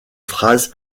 phrase